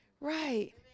Right